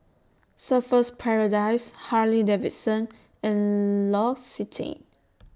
Surfer's Paradise Harley Davidson and L'Occitane